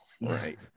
right